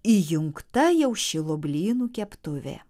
įjungta jau šilo blynų keptuvė